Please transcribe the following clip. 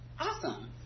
Awesome